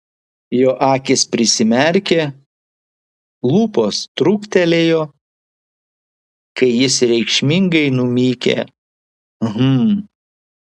jo akys prisimerkė lūpos truktelėjo kai jis reikšmingai numykė hm